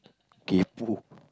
K poor